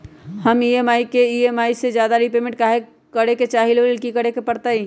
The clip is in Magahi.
हम ई महिना में ई.एम.आई से ज्यादा रीपेमेंट करे के चाहईले ओ लेल की करे के परतई?